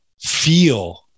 feel